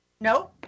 no